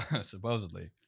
supposedly